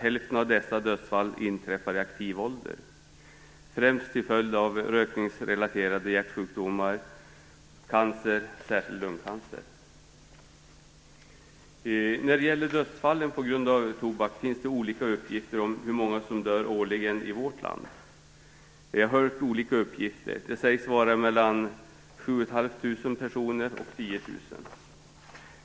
Hälften av dessa dödsfall inträffar i aktiv ålder främst till följd av rökningsrelaterade hjärtsjukdomar och cancer, särskilt lungcancer. Det finns olika uppgifter om hur många som dör av tobak årligen i vårt land. Det sägs vara mellan 7 500 och 10 000 personer.